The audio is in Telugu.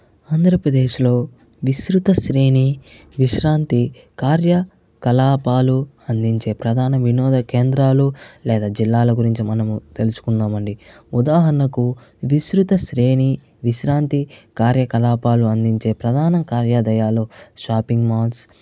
ఆంధ్రప్రదేశ్లో విస్తృతశ్రేణి విశ్రాంతి కార్యకలాపాలు అందించే ప్రధాన వినోద కేంద్రాలు లేదా జిల్లాల గురించి మనము తెలుసుకుందామండీ ఉదాహరణకు విస్తృతశ్రేణి విశ్రాంతి కార్యకలాపాలు అందించే ప్రధాన కార్యాలయాలు షాపింగ్ మాల్స్